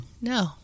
No